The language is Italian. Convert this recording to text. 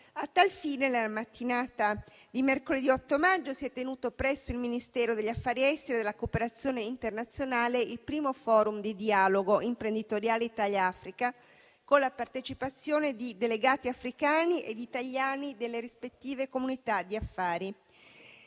A tal fine, nella mattinata di mercoledì 8 maggio si è tenuto, presso il Ministero degli affari esteri e della cooperazione internazionale, il primo *forum* di dialogo imprenditoriale Italia-Africa, con la partecipazione di delegati africani e italiani delle rispettive comunità di affari.